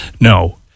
No